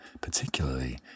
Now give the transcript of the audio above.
particularly